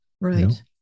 Right